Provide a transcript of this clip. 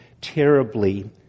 terribly